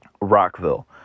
Rockville